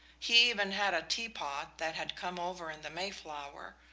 he even had a teapot that had come over in the mayflower.